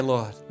Lord